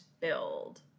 build